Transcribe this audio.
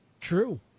true